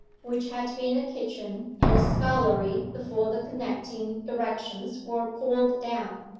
which had been a kitchen and a scullery before the connecting erections were pulled down,